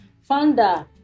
founder